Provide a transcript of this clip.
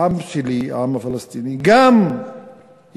גם העם שלי, העם הפלסטיני, יכיר